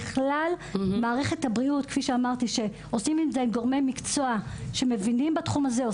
על ידי מערכת הבריאות וגורמי מקצוע שמבינים בתחום הזה.